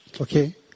okay